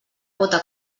gota